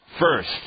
first